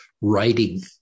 writing